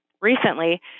recently